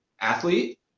athlete